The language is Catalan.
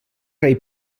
rei